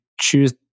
choose